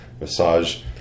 massage